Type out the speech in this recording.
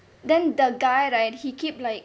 then the guy right he keep like